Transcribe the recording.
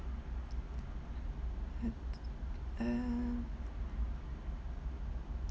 um